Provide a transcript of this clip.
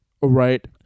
right